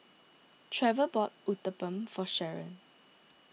Trever bought Uthapam for Sherron